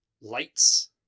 lights